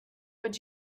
would